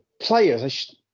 players